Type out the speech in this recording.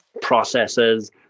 processes